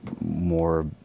more